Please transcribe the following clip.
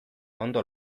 ondo